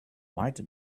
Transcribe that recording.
white